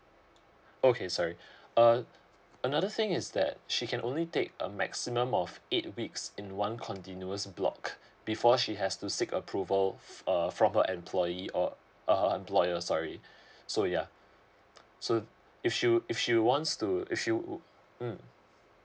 okay sorry uh another thing is that she can only take a maximum of eight weeks in one continuous block before she has to seek approval uh from her employee or her employer sorry so yeah so if she would if she wants to if you mm